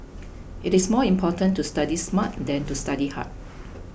it is more important to study smart than to study hard